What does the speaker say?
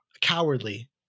cowardly